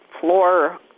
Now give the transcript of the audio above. floor